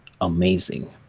amazing